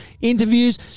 Interviews